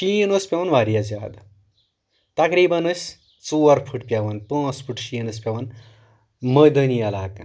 شیٖن اوس پٮ۪وان واریاہ زیادٕ تقریٖبن ٲسۍ ژور پھٕٹ پٮ۪وان پانٛژھ پھٕٹ شیٖن ٲسۍ پٮ۪وان مٲدٲنی علاقن